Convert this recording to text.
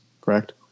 correct